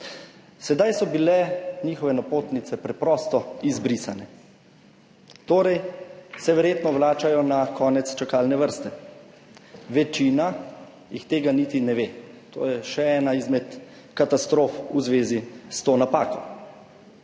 Sedaj so bile njihove napotnice preprosto izbrisane, torej se verjetno vračajo na konec čakalne vrste. Večina jih tega niti ne ve. To je še ena izmed katastrof v zvezi s to napako.